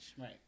Right